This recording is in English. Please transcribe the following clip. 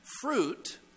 fruit